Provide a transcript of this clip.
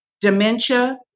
dementia